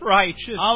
righteous